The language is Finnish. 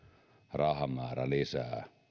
rahamäärä lisää